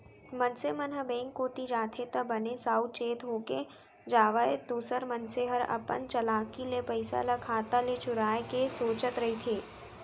मनसे मन ह बेंक कोती जाथे त बने साउ चेत होके जावय दूसर मनसे हर अपन चलाकी ले पइसा ल खाता ले चुराय के सोचत रहिथे